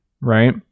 right